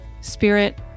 spirit